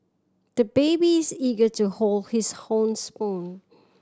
the baby is eager to hold his own spoon